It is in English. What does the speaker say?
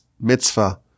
mitzvah